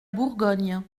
bourgogne